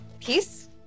Peace